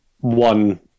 one